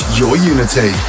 yourunity